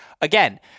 Again